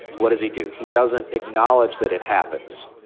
what does he do? he doesn't acknowledge that it happens,